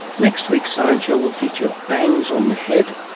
next week's science show will feature bangs on the head,